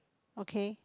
okay